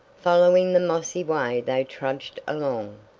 following the mossy way they trudged along.